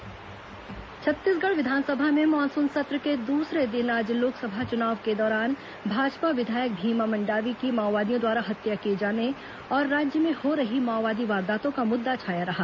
विधानसभा स्थगन छत्तीसगढ़ विधानसभा में मानसून सत्र के दूसरे दिन आज लोकसभा चुनाव के दौरान भाजपा विधायक भीमा मंडावी की माओवादियों द्वारा हत्या किए जाने और राज्य में हो रही माओवादी वारदातों का मुद्दा छाया रहा